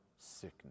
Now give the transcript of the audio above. sickness